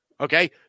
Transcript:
Okay